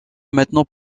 maintenant